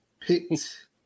picked